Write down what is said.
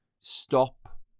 stop